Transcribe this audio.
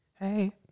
Hey